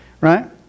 Right